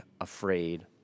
afraid